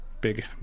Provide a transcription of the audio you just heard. Big